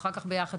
ואחר כך נעשה ביחד